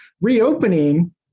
reopening